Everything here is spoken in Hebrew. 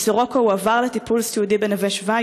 מ"סורוקה" הוא עבר לטיפול סיעודי ב"נווה שבא".